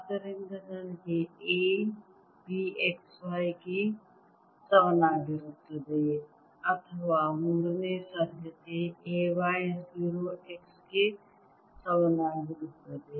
ಆದ್ದರಿಂದ ನನಗೆ A B x y ಗೆ ಸಮನಾಗಿರುತ್ತದೆ ಅಥವಾ ಮೂರನೇ ಸಾಧ್ಯತೆ A y 0 x ಗೆ ಸಮನಾಗಿರುತ್ತದೆ